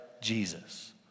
Jesus